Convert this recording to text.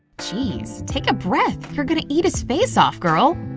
geez, take a breath, you're gonna eat his face off, girl!